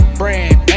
brand